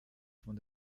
von